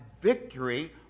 victory